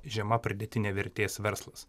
žema pridėtinė vertės verslas